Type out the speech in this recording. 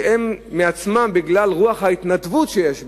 שהם מעצמם, בגלל רוח ההתנדבות שיש בהם,